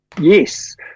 Yes